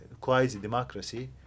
quasi-democracy